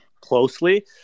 closely